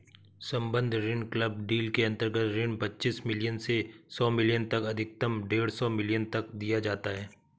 सम्बद्ध ऋण club deal के अंतर्गत ऋण पच्चीस मिलियन से सौ मिलियन तक अधिकतम डेढ़ सौ मिलियन तक दिया जाता है